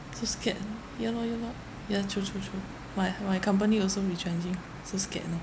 so scared oh ya lor ya lor ya true true true my my company also retrenching so scared you know